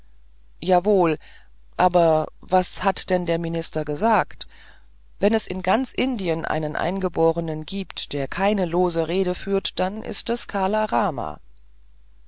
jawohl aber was hat denn der minister gesagt wenn es in ganz indien einen eingeborenen gibt der keine lose rede führt dann ist es kala rama